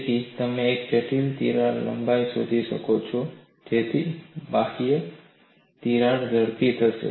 તેથી તમે એક જટિલ તિરાડ લંબાઈ શોધી શકો છો જેની બહાર તિરાડ ઝડપથી ફેલાશે